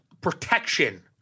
protection